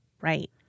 Right